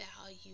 value